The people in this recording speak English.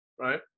right